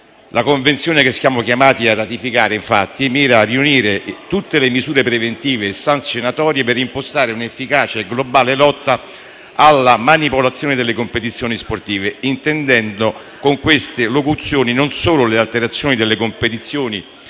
La Convenzione che siamo chiamati a ratificare, infatti, mira a riunire tutte le misure preventive e sanzionatorie per impostare una efficace e globale lotta alla manipolazione delle competizioni sportive, intendendo con queste locuzioni non sono le alterazioni delle competizioni in